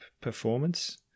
Performance